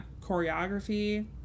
Choreography